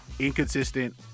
Inconsistent